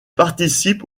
participe